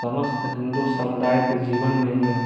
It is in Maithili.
समस्त हिन्दू समुदाय के जीवन मे ही